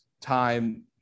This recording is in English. time